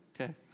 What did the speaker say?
Okay